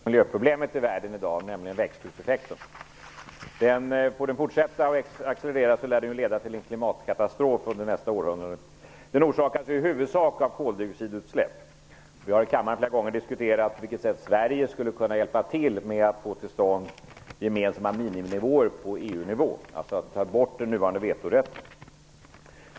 Herr talman! Jag vill ställa en fråga till miljöministern. Det gäller det största miljöproblemet i världen i dag, nämligen växthuseffekten. Får den fortsätta att accelerera lär den leda till en klimatkatastrof under nästa århundrade. Den orsakas i huvudsak av koldioxidutsläpp. Vi har i kammaren flera gånger diskuterat på vilket sätt Sverige skulle kunna hjälpa till med att få till stånd gemensamma miniminivåer på EU-nivå och med att ta bort den nuvarande vetorätten.